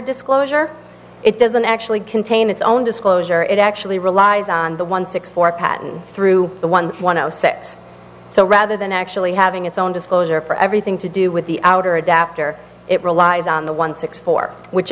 disclosure it doesn't actually contain its own disclosure it actually relies on the one six four patent through the one one zero six so rather than actually having its own disclosure for everything to do with the outer adapter it relies on the one six four which